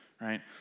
right